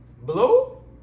Blue